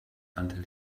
until